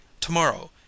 tomorrow